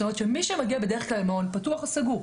זאת אומרת, מי שמגיע בדרך כלל ממעון פתוח או סגור,